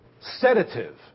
sedative